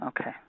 Okay